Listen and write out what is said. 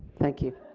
thank you.